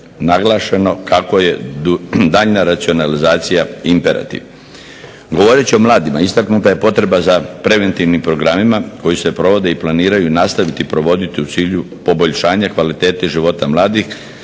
naglašeno kako je daljnja racionalizacija imperativ. Govoreći o mladima istaknuta je potreba za preventivnim programima koji se provode i planiraju i nastavljaju provoditi u cilju poboljšanja kvalitete i života mladih.